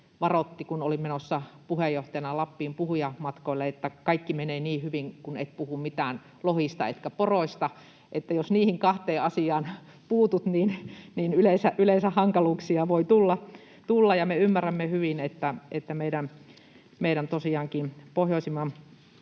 kun olin menossa puheenjohtajana Lappiin puhujamatkoille, että kaikki menee hyvin, kun et puhu mitään lohista etkä poroista — että jos niihin kahteen asiaan puutut, niin yleensä hankaluuksia voi tulla. Me ymmärrämme hyvin, että tosiaankin meidän pohjoisimman